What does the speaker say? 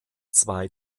zwei